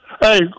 Hey